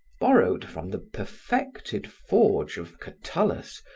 borrowed from the perfected forge of catullus,